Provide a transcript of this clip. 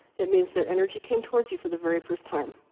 it means their energy came towards you for the very first time.